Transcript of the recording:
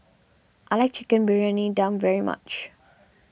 I like Chicken Briyani Dum very much